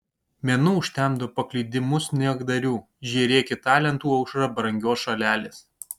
menu užtemdo paklydimus niekdarių žėrėki talentų aušra brangios šalelės